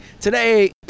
Today